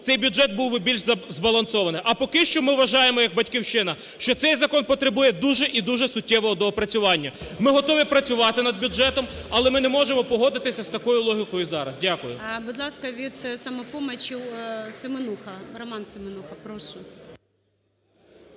цей бюджет був би більш збалансований. А поки що ми вважаємо як "Батьківщина", що цей закон потребує дуже і дуже суттєвого доопрацювання. Ми готові працювати над бюджетом. Але ми не можемо погодитися з такою логікою зараз. Дякую. ГОЛОВУЮЧИЙ. Будь ласка, від "Самопомочі" Семенуха, Роман Семенуха, прошу.